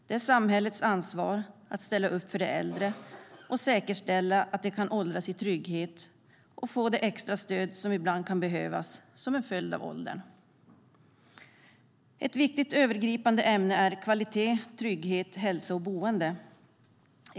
Det är samhällets ansvar att ställa upp för de äldre och säkerställa att de kan åldras i trygghet och få det extra stöd som ibland kan behövas som en följd av åldern. Ett viktigt övergripande ämne är kvalitet, trygghet, hälsa och boende.